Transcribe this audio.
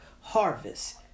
harvest